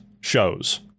shows